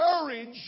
courage